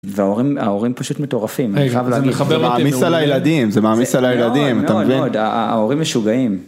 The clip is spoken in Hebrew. וההורים פשוט מטורפים, זה מעמיס על הילדים, זה מעמיס על הילדים, אתה מבין, ההורים משוגעים.